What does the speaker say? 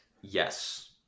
Yes